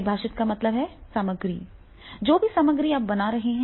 परिभाषित का मतलब है सामग्री जो भी सामग्री आप बना रहे हैं